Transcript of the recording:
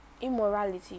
immorality